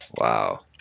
Wow